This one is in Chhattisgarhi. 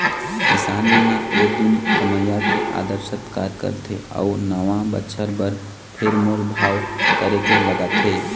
किसान मन ए दिन कमइया के आदर सत्कार करथे अउ नवा बछर बर फेर मोल भाव करके लगाथे